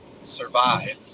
survive